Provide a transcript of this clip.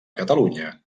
catalunya